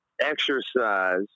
exercise